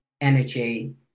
energy